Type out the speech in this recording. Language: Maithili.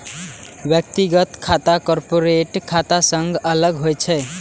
व्यक्तिगत खाता कॉरपोरेट खाता सं अलग होइ छै